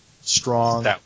strong